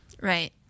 Right